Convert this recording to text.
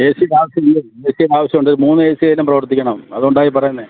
എസിക്ക് ആവശ്യമുണ്ട് എസിക്ക് ആവശ്യമുണ്ട് മൂന്ന് എസിയേലും പ്രവർത്തിക്കണം അതുകൊണ്ടാണ് ഈ പറയുന്നത്